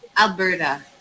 Alberta